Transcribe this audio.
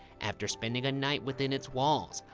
after spending a night within its walls,